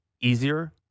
easier